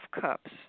Cups